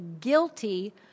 guilty